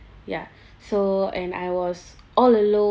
ya so and I was all alone